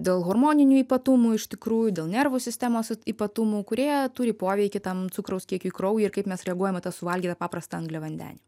dėl hormoninių ypatumų iš tikrųjų dėl nervų sistemos ypatumų kurie turi poveikį tam cukraus kiekiui kraujyje ir kaip mes reaguojam į tą suvalgytą paprastą angliavandenį